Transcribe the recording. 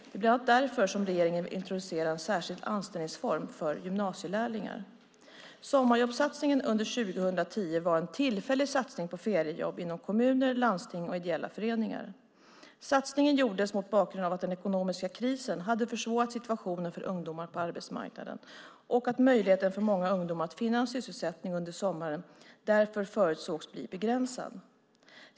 Det är bland annat därför som regeringen vill introducera en särskild anställningsform för gymnasielärlingar. Sommarjobbssatsningen under 2010 var en tillfällig satsning på feriejobb inom kommuner, landsting och ideella föreningar. Satsningen gjordes mot bakgrund av att den ekonomiska krisen hade försvårat situationen för ungdomar på arbetsmarknaden och att möjligheten för många ungdomar att finna en sysselsättning under sommaren därför förutsågs bli begränsad.